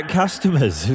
customers